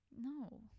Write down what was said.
No